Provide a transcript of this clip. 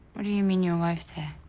what do you mean, your wife's hair?